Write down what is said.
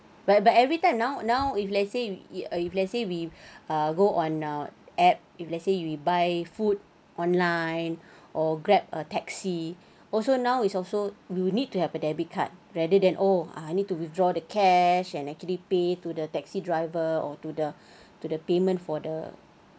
but but every time now now if let's say if let's say we uh go on a app if let's say we buy food online or grab a taxi also now is also will need to have a debit card rather than oh ah need to withdraw the cash and actually pay to the taxi driver or to the to the payment for the